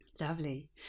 lovely